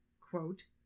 quote